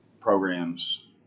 programs